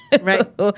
Right